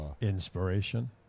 Inspiration